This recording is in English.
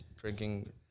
drinking